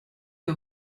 que